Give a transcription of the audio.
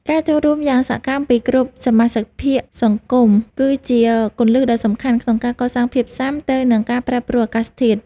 ការចូលរួមយ៉ាងសកម្មពីគ្រប់សមាសភាគសង្គមគឺជាគន្លឹះដ៏សំខាន់ក្នុងការកសាងភាពស៊ាំទៅនឹងការប្រែប្រួលអាកាសធាតុ។